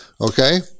Okay